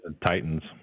titans